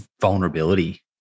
vulnerability